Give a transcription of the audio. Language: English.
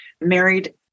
married